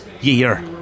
year